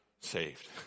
saved